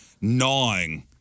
Gnawing